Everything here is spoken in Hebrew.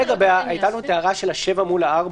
הייתה לנו הערה של 7 מול 4,